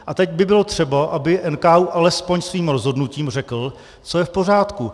A teď by bylo třeba, aby NKÚ alespoň svým rozhodnutím řekl, co je v pořádku.